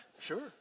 sure